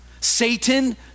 Satan